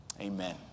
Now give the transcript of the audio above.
Amen